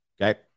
Okay